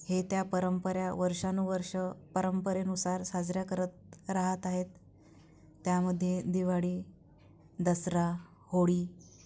हे त्या परंपरा वर्षानुवर्ष परंपरेनुसार साजऱ्या करत रहात आहेत त्यामध्ये दिवाळी दसरा होळी